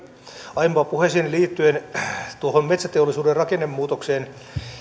aiempaan puheeseeni liittyen tuohon metsäteollisuuden rakennemuutokseen